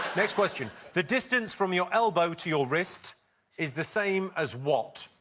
next question. the distance from your elbow to your wrist is the same as what?